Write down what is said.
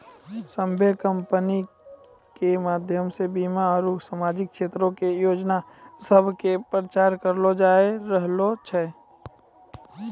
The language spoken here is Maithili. सभ्भे बीमा कंपनी के माध्यमो से बीमा आरु समाजिक क्षेत्रो के योजना सभ के प्रचार करलो जाय रहलो छै